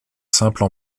simple